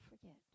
forget